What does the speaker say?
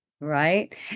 right